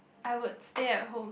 I would stay at home